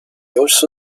also